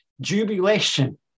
jubilation